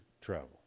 travel